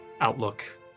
outlook